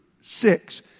six